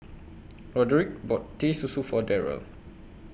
Roderic bought Teh Susu For Darrel